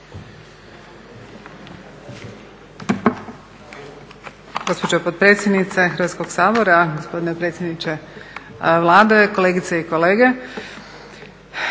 Hvala.